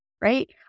right